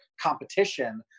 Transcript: competition